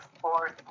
fourth